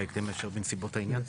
בהקדם האפשרי בנסיבות העניין?